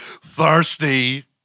thirsty